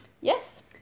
Yes